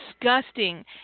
disgusting